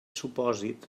supòsit